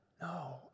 No